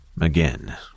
Again